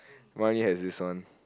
my only has this one